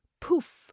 Poof